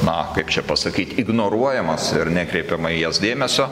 na kaip čia pasakyt ignoruojamos ir nekreipiama į jas dėmesio